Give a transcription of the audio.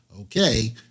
Okay